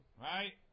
Right